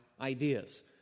Ideas